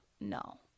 No